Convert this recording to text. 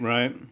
Right